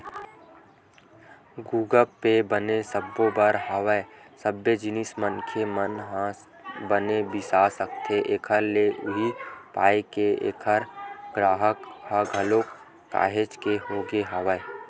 गुगप पे बने सबे बर हवय सबे जिनिस मनखे मन ह बने बिसा सकथे एखर ले उहीं पाय के ऐखर गराहक ह घलोक काहेच के होगे हवय